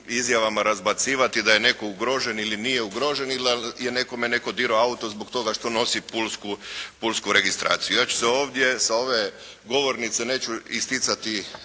izjavama razbacivati da je netko ugrožen ili nije ugrožen ili da je netko nekome dirao auto zbog toga što nosi pulsku registraciju. Ja ću se ovdje sa ove govornice neću isticati